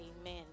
amen